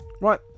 Right